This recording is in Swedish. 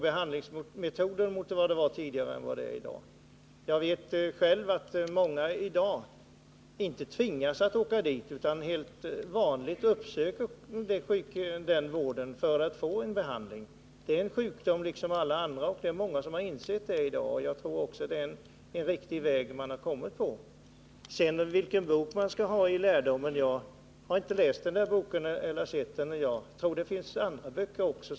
Behandlingsmetoderna skiljer sig mycket från de tidigare. I dag förekommer det att många själva, dvs. utan tvång, uppsöker sjukhuset för att få psykiatrisk vård. Psykisk ohälsa är en sjukdom liksom alla andra sjukdomar, vilket många har insett. Jag tror alltså att vi är inne på en riktig linje. Nr 34 Vilken bok som skall användas i undervisningen är en annan fråga som Onsdagen den Jörn Svensson tog upp: Jag har inte sett den bok han refererade ur.